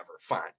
Fine